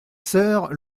soeurs